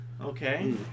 Okay